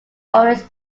always